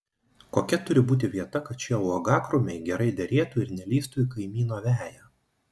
kokia turi būti vieta kad šie uogakrūmiai gerai derėtų ir nelįstų į kaimyno veją